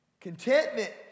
Contentment